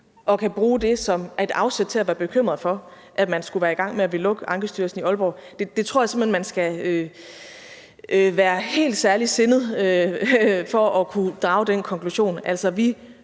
man kan bruge det som et afsæt til at være bekymret for, at vi skulle være i gang med at ville lukke Ankestyrelsen i Aalborg, så tror jeg simpelt hen, at man skal være helt særligt sindet for at kunne drage den konklusion.